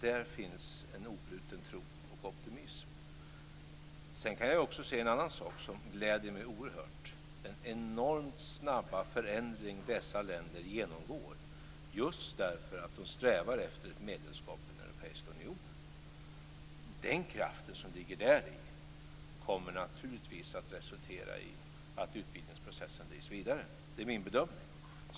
Där finns en obruten tro och optimism. Jag kan också se en annan sak som gläder mig oerhört, nämligen den enormt snabba förändring som dessa länder genomgår just därför att de strävar efter ett medlemskap i den europeiska unionen. Den kraften som ligger däri kommer naturligtvis att resultera i att utvidgningsprocessen drivs vidare. Det är min bedömning.